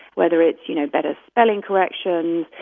whether it's, you know, better spelling corrections,